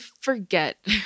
forget